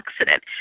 accident